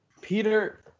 Peter